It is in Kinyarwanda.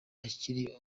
akiri